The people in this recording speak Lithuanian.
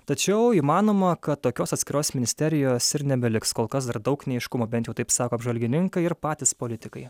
tačiau įmanoma kad tokios atskiros ministerijos ir nebeliks kol kas dar daug neaiškumų bent jau taip sako apžvalgininkai ir patys politikai